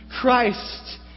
Christ